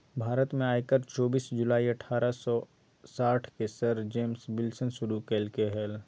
भारत में आयकर चोबीस जुलाई अठारह सौ साठ के सर जेम्स विल्सन शुरू कइल्के हल